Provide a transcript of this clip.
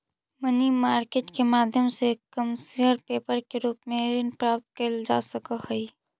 money market के माध्यम से कमर्शियल पेपर के रूप में ऋण प्राप्त कईल जा सकऽ हई